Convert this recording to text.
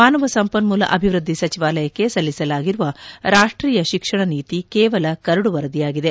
ಮಾನವ ಸಂಪನ್ಮೂಲ ಅಭಿವೃದ್ದಿ ಸಚಿವಾಲಯಕ್ಕೆ ಸಲ್ಲಿಸಲಾಗಿರುವ ರಾಷ್ಟೀಯ ಶಿಕ್ಷಣ ನೀತಿ ಕೇವಲ ಕರಡು ವರದಿಯಾಗಿದೆ